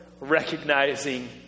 recognizing